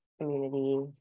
community